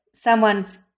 someone's